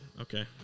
okay